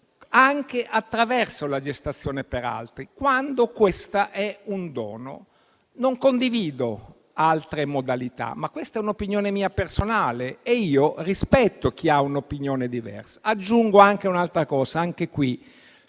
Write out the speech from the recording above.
anche attraverso la gestazione per altri, quando questa è un dono. Non condivido altre modalità, ma è un'opinione mia personale e io rispetto chi ha un'opinione diversa. Aggiungo anche un'altra considerazione,